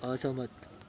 असहमत